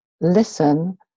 listen